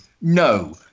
No